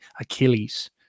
achilles